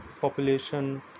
population